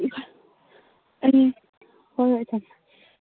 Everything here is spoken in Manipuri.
ꯍꯣꯏ ꯍꯣꯏ ꯊꯝꯃꯦ